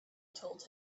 told